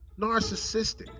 narcissistic